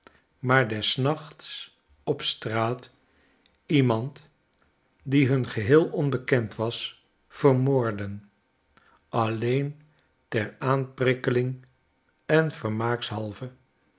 maar des nachts op straat iemand die hun geheel onbekend was vermoordden alleen ter aanprikkeling en vermaakshalve